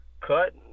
Cut